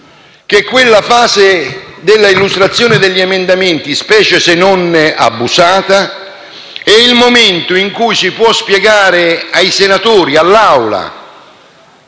che quella fase dell'illustrazione degli emendamenti, specie se non abusata, è il momento in cui si può spiegare ai senatori e all'Assemblea